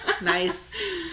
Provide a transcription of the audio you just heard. Nice